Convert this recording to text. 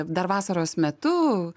dar vasaros metu